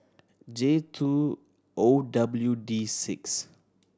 J two O W D six